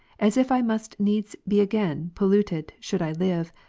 as if i must needs be again polluted should i live,